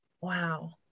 Wow